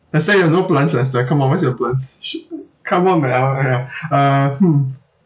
lester you have no plants lester come on where's your plants shit come on man uh !aiya! uh hmm